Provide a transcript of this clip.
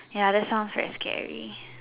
ya that sounds very scary